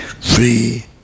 free